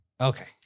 Okay